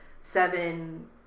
seven